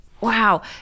wow